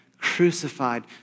crucified